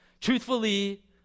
Truthfully